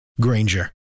Granger